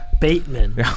Bateman